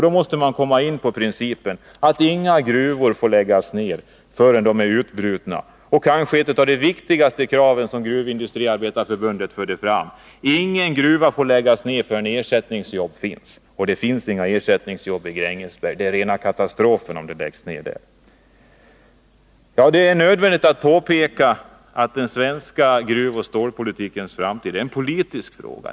Då måste man följa principen att inga gruvor får läggas ned förrän de är utbrutna. — Kanske ett av de viktigaste krav som Gruvindustriarbetareförbundet har fört fram är att inga gruvor får läggas ned förrän ersättningsjobb finns. Och det finns inga ersättningsjobb i Grängesberg. Det blir rena katastrofen om gruvan läggs ned där. Det är nödvändigt att påpeka att den svenska gruvoch stålindustrins framtid är en politisk fråga.